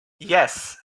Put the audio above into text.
yes